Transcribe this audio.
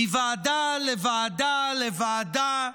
מוועדה לוועדה לוועדה,